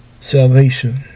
salvation